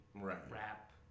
rap